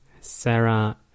Sarah